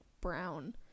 brown